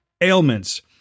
ailments